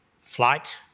flight